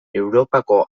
europako